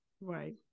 right